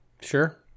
sure